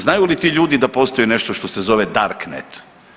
Znaju li ti ljudi da postoji nešto što se zove darknet?